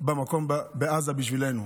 בעזה בשבילנו.